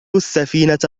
السفينة